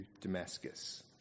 Damascus